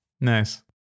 nice